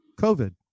COVID